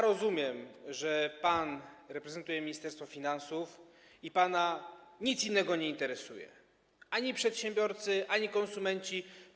Rozumiem, że pan reprezentuje Ministerstwo Finansów i pana nic innego nie interesuje, ani przedsiębiorcy, ani konsumenci.